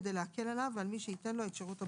כדי להקל עליו ועל מי שייתן לו את שירות הבריאות.